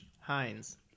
Heinz